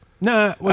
No